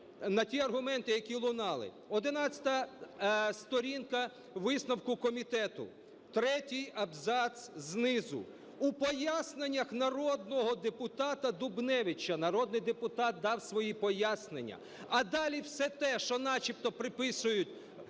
на ті аргументи, які лунали. 11 сторінка висновку комітету, третій абзац знизу. У поясненнях народного депутата Дубневича. Народний депутат дав свої пояснення. А далі все те, що начебто приписують